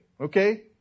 okay